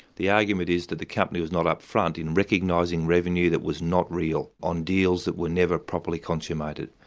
the argument is that the company was not upfront in recognising revenue that was not real, on deals that were never properly consummated,